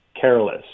careless